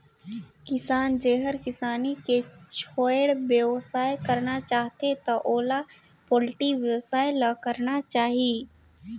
किसान जेहर किसानी के छोयड़ बेवसाय करना चाहथे त ओला पोल्टी बेवसाय ल करना चाही